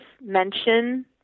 mention